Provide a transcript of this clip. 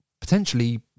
potentially